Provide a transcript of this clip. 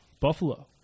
Buffalo